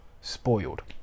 spoiled